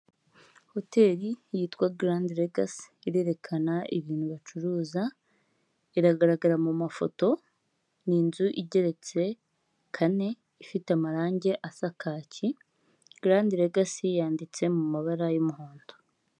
Hoteli yitwa Garandi regasi irerekana ibintu bacuruza iragaragara mu mafoto, ni inzu igeretse kane ifite amarange asa kake, Garandi regasi yanditse mu mabara y'umuhondo.